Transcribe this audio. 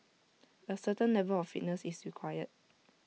A certain level of fitness is required